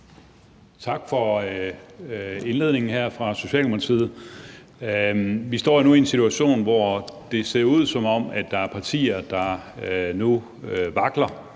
Tak for indledningen her af Socialdemokratiets ordfører. Vi står nu i en situation, hvor det ser ud, som om der er partier, der nu vakler